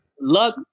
Luck